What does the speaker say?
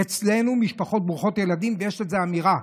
אצלנו: משפחות ברוכות ילדים, ויש בזה אמירה.